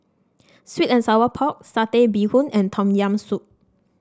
sweet and Sour Pork Satay Bee Hoon and Tom Yam Soup